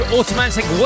Automatic